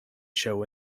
show